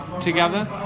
together